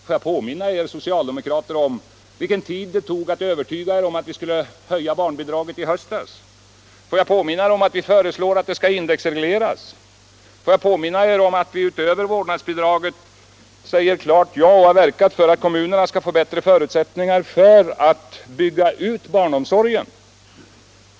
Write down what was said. Får jag påminna er socialdemokrater om vilken tid det tog att övertyga er om att vi skulle höja barnbidraget i höstas! Får jag påminna er om att vi föreslår att det skall indexregleras! Får jag påminna er om att vi utöver vårdnadsbidraget säger klart ja till — och även verkar för —- att kommunerna skall få bättre förutsättningar för att bygga ut barnomsorgen!